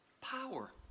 power